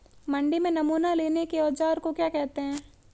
मंडी में नमूना लेने के औज़ार को क्या कहते हैं?